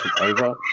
over